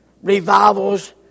Revival's